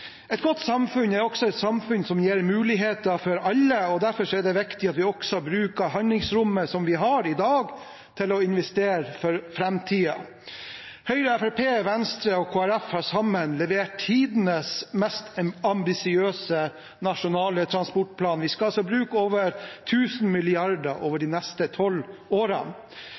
Et godt samfunn er også et samfunn som gir muligheter for alle, og derfor er det viktig at vi også bruker handlingsrommet som vi har i dag, til å investere for framtiden. Høyre, Fremskrittspartiet, Venstre og Kristelig Folkeparti har sammen levert tidenes mest ambisiøse nasjonale transportplan. Vi skal bruke over 1 000 mrd. kr over de neste tolv årene.